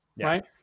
right